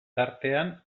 tartean